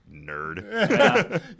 nerd